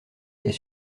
est